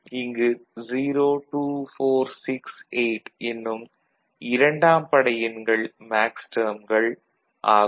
இங்கு 02468 என்னும் இரண்டாம்படை எண்கள் மேக்ஸ்டேர்ம்கள் ஆகும்